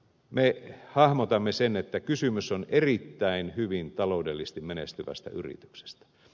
me hahmotamme sen että kysymys on erittäin hyvin taloudellisesti menestyvästä yrityksestä